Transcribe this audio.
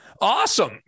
Awesome